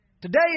Today